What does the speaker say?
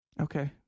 Okay